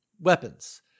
weapons